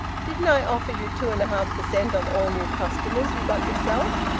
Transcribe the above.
didn't i offer you two and a half per cent on all new customers you got yourself?